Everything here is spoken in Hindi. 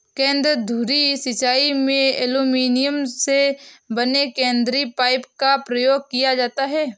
केंद्र धुरी सिंचाई में एल्युमीनियम से बने केंद्रीय पाइप का प्रयोग किया जाता है